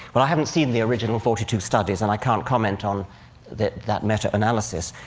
well, i haven't seen the original forty two studies, and i can't comment on that that meta-analysis,